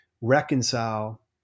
reconcile